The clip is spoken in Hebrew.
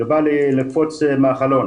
ובא לי לקפוץ מהחלון,